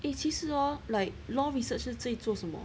eh 其实 hor like law research 是在做什么